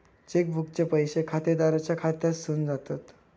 check बुकचे पैशे खातेदाराच्या खात्यासून जातत